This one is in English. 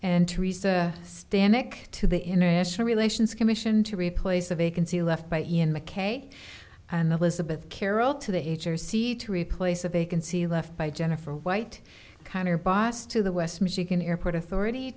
and theresa stanek to the international relations commission to replace the vacancy left by ian mackaye and elizabeth carroll to the age or c to replace a vacancy left by jennifer white kiner boss to the west michigan airport authority